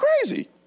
crazy